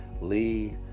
Lee